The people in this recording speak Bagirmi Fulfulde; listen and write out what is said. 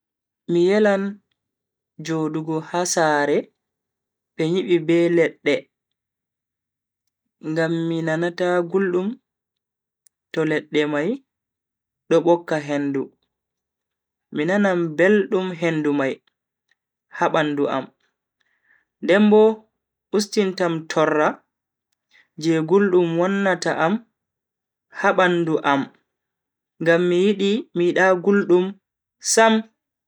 Mi yelan jodugo ha sare be nyibi be ledde ngam mi nanata guldum to ledde mai do bokka hendu, mi nanan beldum hendu mai ha bandu am den bo ustintam torra je guldum wannata am ha bandu am ngam mi yidi.. mi yida guldum sam.